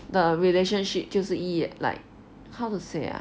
的 relationship 就是一页 like how to say ah